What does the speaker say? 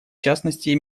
частности